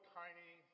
tiny